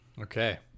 okay